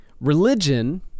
Religion